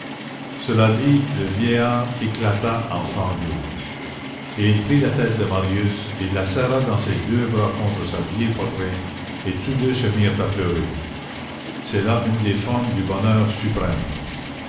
cela dit le vieillard éclata en sanglots et il prit la tête de marius et il la serra dans ses deux bras contre sa vieille poitrine et tous deux se mirent à pleurer c'est là une des formes du bonheur suprême